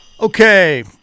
Okay